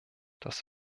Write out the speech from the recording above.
das